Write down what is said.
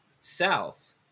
South